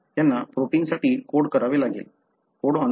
त्यांना प्रोटिन्ससाठी कोड करावे लागेल कोडॉन व्यवस्थित ठेवला गेले पाहिजे